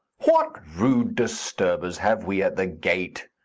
what rude disturbers have we at the gate?